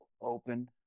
open